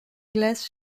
glace